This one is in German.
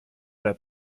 der